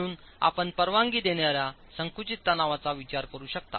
म्हणून आपण परवानगी देणार्या संकुचित तणावाचा विचार करू शकता